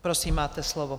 Prosím, máte slovo.